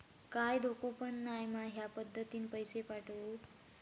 काय धोको पन नाय मा ह्या पद्धतीनं पैसे पाठउक?